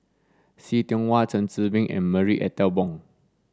See Tiong Wah Chen Zhiming and Marie Ethel Bong